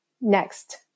next